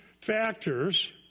factors